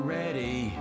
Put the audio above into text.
ready